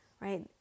right